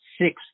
six